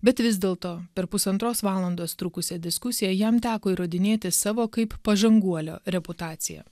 bet vis dėlto per pusantros valandos trukusią diskusiją jam teko įrodinėti savo kaip pažanguolio reputaciją